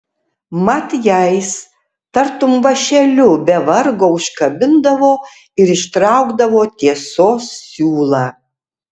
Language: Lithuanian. mat jais tartum vąšeliu be vargo užkabindavo ir ištraukdavo tiesos siūlą